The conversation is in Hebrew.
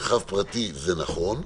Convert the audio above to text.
מרחב פרטי זה נכון,